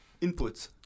inputs